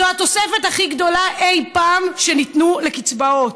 זו התוספת הכי גדולה אי-פעם שניתנה לקצבאות,